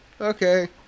okay